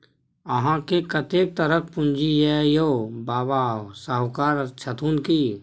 अहाँकेँ कतेक तरहक पूंजी यै यौ? बाबा शाहुकार छथुन की?